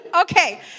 Okay